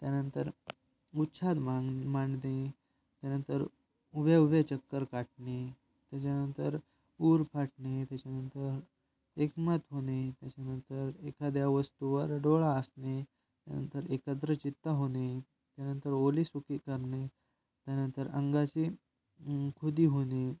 त्यानंतर उच्छाद मांग मांडणे त्यानंतर उभ्या उभ्या चक्कर काटणे त्याच्यानंतर ऊर फाटणे त्याच्यानंतर एकमत होणे त्याच्यानंतर एखाद्या वस्तूवर डोळा असणे त्यानंतर एकाग्र चित्त होणे त्यानंतर ओली सुकी करणे त्यानंतर अंगाची खुदी होणे